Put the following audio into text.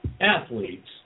athletes